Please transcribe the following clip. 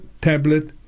tablet